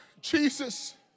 Jesus